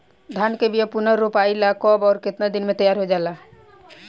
धान के बिया पुनः रोपाई ला कब और केतना दिन में तैयार होजाला?